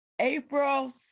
April